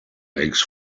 makes